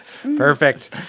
Perfect